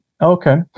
Okay